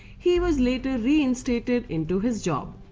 he was later reinstated into his job.